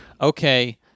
Okay